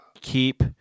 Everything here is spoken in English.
Keep